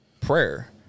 prayer